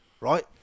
Right